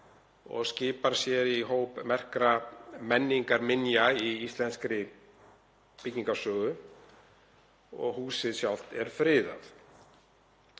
og skipar sér í hóp merkra menningarminja í íslenskri byggingarsögu og húsið sjálft er friðað.